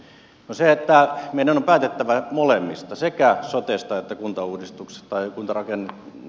se että meidän on päätettävä molemmista sekä sotesta että kuntauudistuksesta ei kuntarakenne